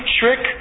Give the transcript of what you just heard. trick